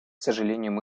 сожалению